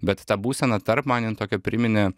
bet ta būsena tarp man jin tokia priminė